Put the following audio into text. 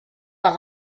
par